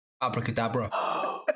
Abracadabra